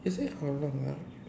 she said how long ah